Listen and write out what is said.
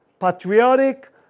patriotic